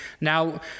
Now